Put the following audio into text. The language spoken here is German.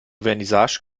vernissage